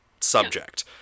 subject